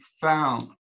found